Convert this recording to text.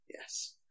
Yes